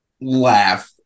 laugh